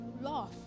laugh